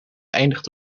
eindigt